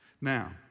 Now